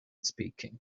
speaking